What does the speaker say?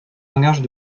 langages